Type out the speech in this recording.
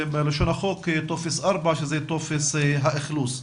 בלשון החוק, טופס 4, שזה טופס האכלוס.